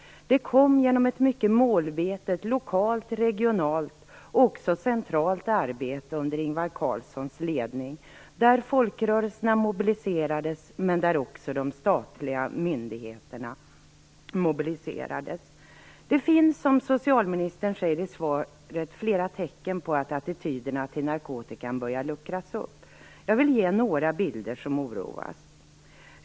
Den kom genom ett mycket målmedvetet lokalt, regionalt och också centralt arbete under Ingvar Carlssons ledning, där folkrörelserna mobiliserades, men där också de statliga myndigheterna mobiliserades. Det finns som socialministern säger i svaret flera tecken på att attityderna till narkotikan börjar luckras upp. Jag vill ge några bilder som oroar.